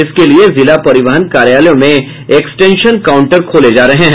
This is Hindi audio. इसके लिये जिला परिवहन कार्यालयों में एक्सटेंशन काउंटर खोले जा रहे हैं